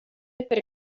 per